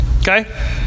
Okay